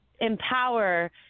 empower